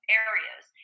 areas